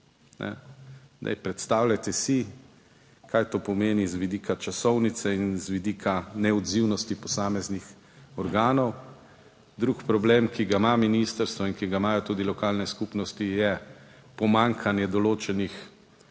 predstavljajte si, kaj to pomeni z vidika časovnice in z vidika neodzivnosti posameznih organov. Drug problem, ki ga ima ministrstvo in ki ga imajo tudi lokalne skupnosti, je pomanjkanje določenih,